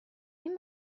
این